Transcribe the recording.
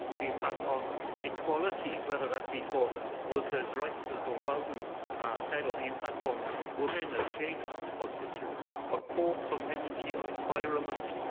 the impact on equalities whether that be for workers' rights, as dawn bowden said, or the impact on women, as jane hutt pointed to on ports, on energy, on environment,